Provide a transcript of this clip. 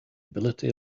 ability